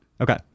Okay